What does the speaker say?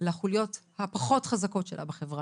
לחוליות הפחות חזקות שלה בחברה,